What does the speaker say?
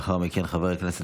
יש הורים כאלה,